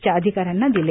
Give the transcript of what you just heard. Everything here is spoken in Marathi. च्या अधिकाऱ्यांना दिले